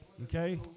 Okay